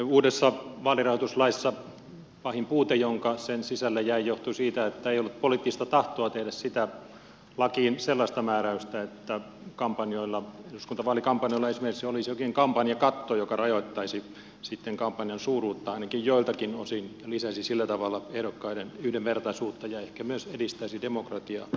uudessa vaalirahoituslaissa pahin puute joka sen sisälle jäi johtui siitä että ei ollut poliittista tahtoa tehdä lakiin sellaista määräystä että kampanjoilla eduskuntavaalikampanjoilla esimerkiksi olisi jokin kampanjakatto joka rajoittaisi sitten kampanjan suuruutta ainakin joiltakin osin lisäisi sillä tavalla ehdokkaiden yhdenvertaisuutta ja ehkä myös edistäisi demokratiaa